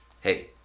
Hey